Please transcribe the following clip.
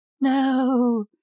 no